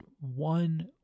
one